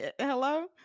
Hello